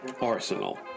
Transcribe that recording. Arsenal